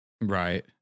Right